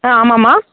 ஆ ஆமாம்மா